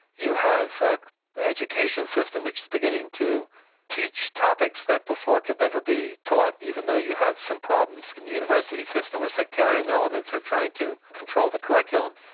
you have ah an education system which is beginning to teach topics that before could never be taught, even though you have some problems in the university system where sectarian elements are trying to control the curriculum.